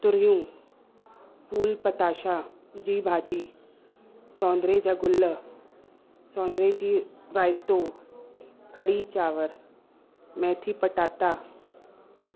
तुरियूं फ़ूल पताशा जी भाॼी स्वांजरे जा गुल स्वांजरे जो राइतो कढ़ी चांवर मेथी पटाटा